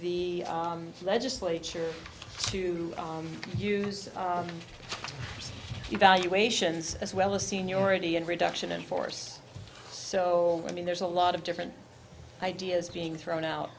the legislature to use evaluations as well as seniority and reduction in force so i mean there's a lot of different ideas being thrown out